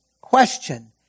question